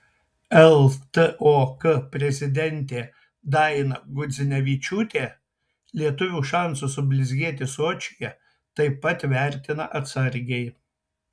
ltok prezidentė daina gudzinevičiūtė lietuvių šansus sublizgėti sočyje taip pat vertina atsargiai